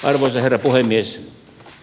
arvoisa herra puhemies